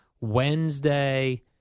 Wednesday